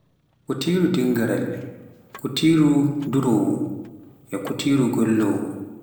Kutiru dingiral, kuturu duroowo, kutiru golloowo